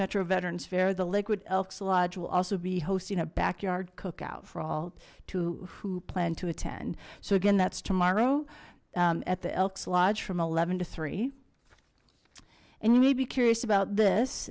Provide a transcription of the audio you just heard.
metro veterans fair the liquid elks lodge will also be hosting a backyard cookout for all who planned to attend so again that's tomorrow at the elks lodge from to three zero and you may be curious about this